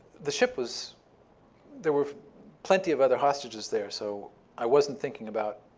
the ship was there were plenty of other hostages there, so i wasn't thinking about